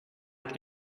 like